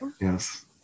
yes